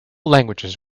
languages